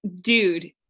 dude